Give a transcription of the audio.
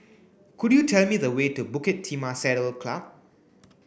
could you tell me the way to Bukit Timah Saddle Club